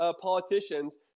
politicians